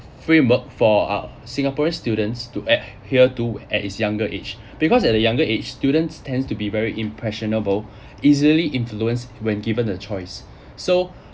framework for uh singaporeans students to adhere to at this younger age because at the younger age students tends to be very impressionable easily influenced when given the choice so